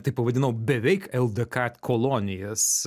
tai pavadinau beveik ldk kolonijas